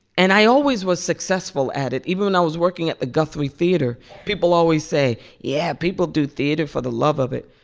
and i always was successful at it, even when i was working at the guthrie theater. people always say, yeah. people do theater for the love of it.